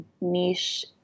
niche